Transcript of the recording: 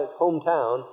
hometown